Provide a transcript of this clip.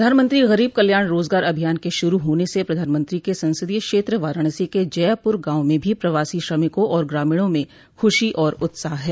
प्रधानमंत्री गरीब कल्याण रोजगार अभियान के शुरू होने से प्रधानमंत्री के संसदीय क्षेत्र वाराणसी के जयापुर गांव में भी प्रवासी श्रमिकों और ग्रामीणों में खुशी और उत्साह है